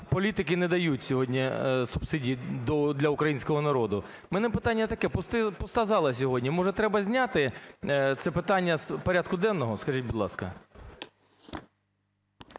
політики не дають сьогодні субсидій для українського народу. В мене питання таке. Пуста зала сьогодні. Може, треба зняти це питання з порядку денного, скажіть, будь ласка?